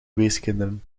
weeskinderen